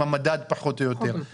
המדד פחות או יותר --- פחות או יותר.